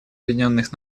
объединенных